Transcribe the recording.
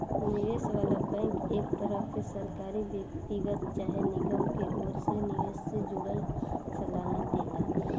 निवेश वाला बैंक एक तरह के सरकारी, व्यक्तिगत चाहे निगम के ओर से निवेश से जुड़ल सलाह देला